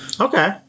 Okay